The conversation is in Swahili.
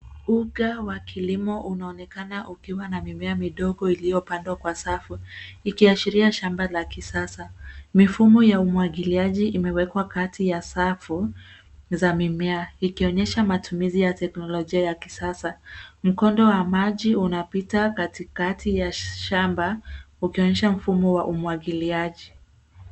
Uga wa kilimo unaonekana ukiwa na mimea midogo iliyopandwa kwa safu, ikiashiria shamba la kisasa. Mifumo ya umwagiliaji imewekwa kati ya safu za mimea, ikionyesha matumizi ya teknolojia ya kisasa. Mkondo wa maji unapita katikati ya shamba, ukionyesha mfumo wa umwagiliaji.